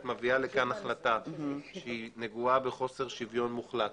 מביאה לפה החלטה שנגועה בחוסר שוויון מוחלט